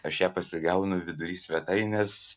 aš ją pasigaunu vidury svetainės